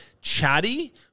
chatty